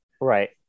right